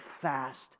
fast